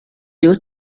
due